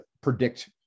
predict